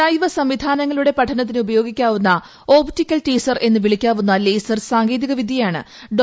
ജൈവ സംവിധാന ങ്ങളുടെ പഠനത്തിന് ഉപയോഗിക്കാവുന്ന ഓപ്റ്റിക്കൽ ടീസർ എന്ന് വിളിക്കാവുന്ന ലേസർ സാങ്കേതിക വിദ്യയാണ് ഡോ